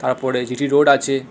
তারপরে G T road আছে